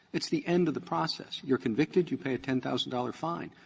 it's the end of the process. you're convicted, you pay a ten thousand dollars fine.